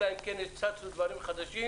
אלא אם כן יצוצו דברים חדשים,